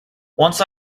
once